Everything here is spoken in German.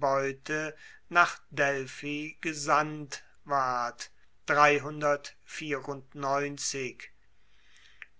beute nach delphi gesandt ward